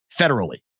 federally